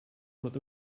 not